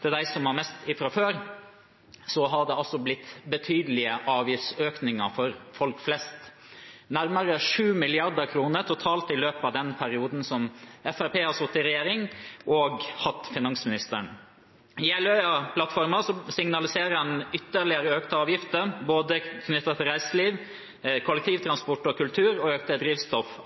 for dem som har mest fra før, har det blitt betydelige avgiftsøkninger for folk flest: nærmere 7 mrd. kr totalt i løpet av den perioden Fremskrittspartiet har sittet i regjering og hatt finansministeren. I Jeløya-plattformen signaliserer en ytterligere økte avgifter, knyttet til både reiseliv, kollektivtransport, kultur og drivstoff.